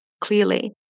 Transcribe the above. clearly